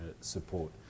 support